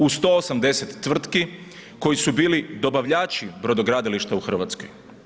U 180 tvrtki koji su bili dobavljači brodogradilišta u Hrvatskoj.